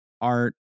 art